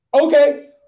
Okay